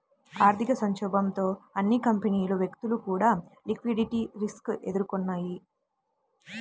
ఆర్థిక సంక్షోభంతో అన్ని కంపెనీలు, వ్యక్తులు కూడా లిక్విడిటీ రిస్క్ ఎదుర్కొన్నయ్యి